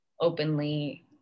openly